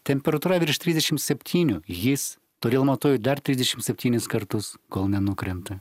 temperatūra virš trisdešimt septynių jis todėl matuoju dar trisdešimt septynis kartus kol nenukrenta